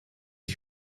ich